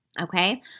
Okay